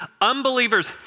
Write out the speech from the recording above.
unbelievers